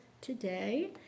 today